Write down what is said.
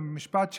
במשפט שלי,